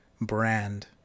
brand